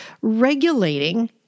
regulating